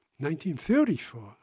1934